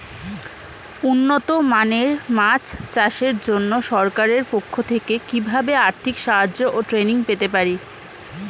উন্নত মানের মাছ চাষের জন্য সরকার পক্ষ থেকে কিভাবে আর্থিক সাহায্য ও ট্রেনিং পেতে পারি?